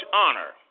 honor